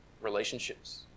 relationships